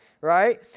Right